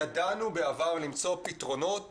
ידענו בעבר למצוא פתרונות